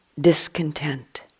discontent